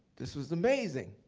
this was amazing.